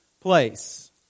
place